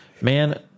Man